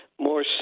more